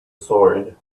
sword